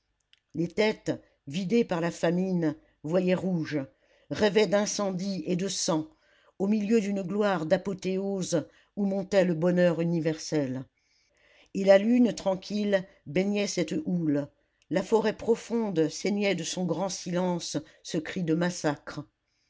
les têtes vidées par la famine voyaient rouge rêvaient d'incendie et de sang au milieu d'une gloire d'apothéose où montait le bonheur universel et la lune tranquille baignait cette houle la forêt profonde ceignait de son grand silence ce cri de massacre